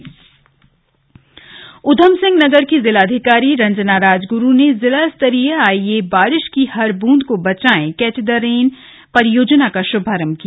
catch the rain Udham Singh Nagar की जिलाधिकारी रंजना राजगुरू ने जिला स्तरीय आइये बारिश की हर बुंद को बचाएं कैच द रेन परियोजना का शुभारम्भ किया